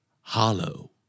Hollow